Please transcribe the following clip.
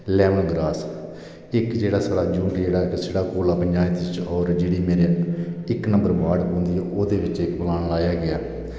lemon grass इक जेहड़ा साढ़ा ग्रां साढ़ी पचांयत ते इक नम्बर बार्ड च पौंदी ऐ ओहदे बिच एह् लाया गेआ